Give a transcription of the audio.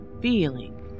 feeling